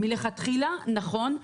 נכון.